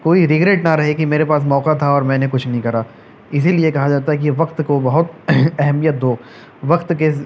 کوئی ریگریٹ نہ رہے کہ میرے پاس موقع تھا اور میں نے کچھ نہیں کرا اسی لیے کہا جاتا ہے کہ وقت کو بہت اہمیت دو وقت کے